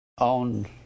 on